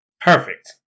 perfect